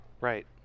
Right